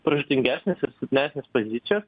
pražūtingesnes ir silpnesnes pozicijas